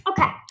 Okay